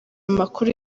makuru